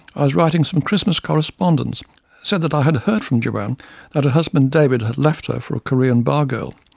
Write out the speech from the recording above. i was writing some christmas correspondence and said that i had heard from joanne that her husband david had left her for a korean bar girl.